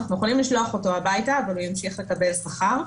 אנחנו יכולים לשלוח אותו הביתה אבל הוא ימשיך לקבל שכר.